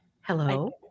Hello